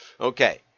Okay